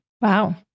Wow